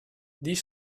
die